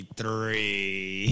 three